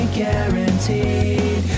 guaranteed